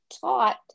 taught